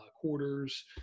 quarters